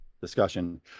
discussion